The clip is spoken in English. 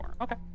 okay